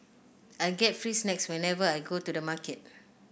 I get free snacks whenever I go to the market